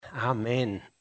Amen